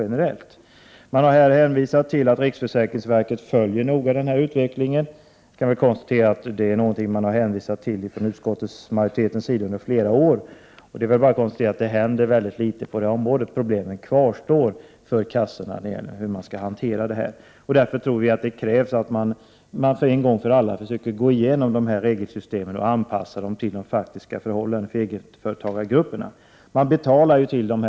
Utskottsmajoriteten hänvisar till att riksförsäkringsverket noga följer utvecklingen. Detta har utskottsmajoriteten hänvisat till i flera år. Det händer föga på området, och försäkringskassornas hanteringsproblem kvarstår. Vi tror att det krävs att regelsystemen en gång för alla gås igenom och anpassas till egenföretagargruppernas faktiska förhållanden.